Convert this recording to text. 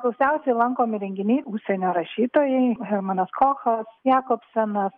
gausiausiai lankomi renginiai užsienio rašytojai hermanas kochas jakobsonas